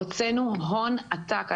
הוצאנו הון עתק.